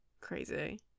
Crazy